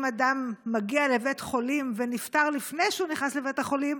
אם אדם מגיע לבית חולים ונפטר לפני שהוא נכנס לבית החולים,